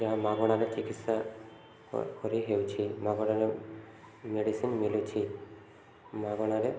ଯାହା ମାଗଣାରେ ଚିକିତ୍ସା କରି ହେଉଛି ମାଗଣାରେ ମେଡ଼ିସିନ ମିଳୁଛି ମାଗଣାରେ